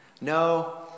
No